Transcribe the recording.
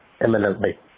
eminently